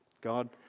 God